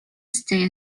stay